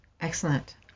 Excellent